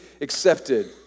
accepted